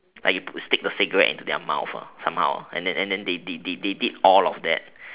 like you stick the cigarette into their mouth ah somehow and then and then they they they they did that all of that